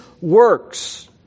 works